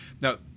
Now